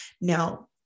Now